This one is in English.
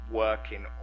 working